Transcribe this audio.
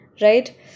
right